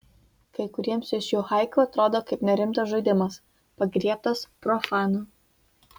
kai kuriems iš jų haiku atrodo kaip nerimtas žaidimas pagriebtas profanų